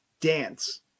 dance